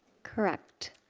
correct.